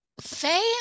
Faye